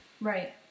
Right